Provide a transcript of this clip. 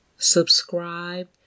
subscribe